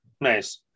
Nice